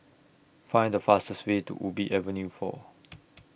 Find The fastest Way to Ubi Avenue four